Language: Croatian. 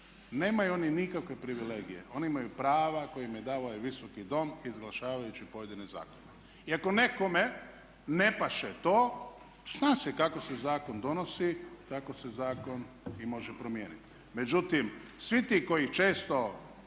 Nemaju oni nikakve privilegije, oni imaju prava koja im je dao ovaj Visoki dom izglasavajući pojedine zakone. I ako nekome ne paše to zna se kako se zakon donosi, tako se zakon i može promijeniti. Međutim, svi ti koji često